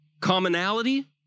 Commonality